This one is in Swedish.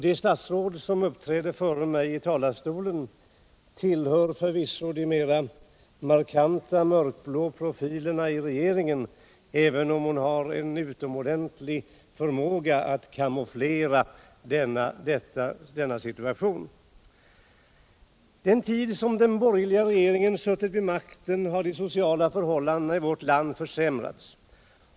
Det statsråd som uppträdde före mig i talarstolen tillhör förvisso de mer markant mörkblå profilerna i regeringen även om hon har en utomordentlig förmåga att kamouflera detta förhållande. Den tid som den borgerliga regeringen har suttit vid makten har de sociala förhållandena i vårt land försämrats.